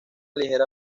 ligera